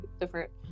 different